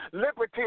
liberty